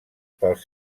pels